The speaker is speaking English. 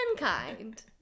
mankind